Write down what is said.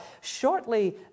shortly